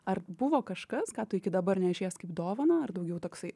ar buvo kažkas ką tu iki dabar nešies kaip dovaną ar daugiau toksai